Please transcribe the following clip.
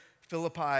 Philippi